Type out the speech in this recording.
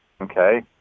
okay